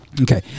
Okay